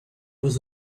was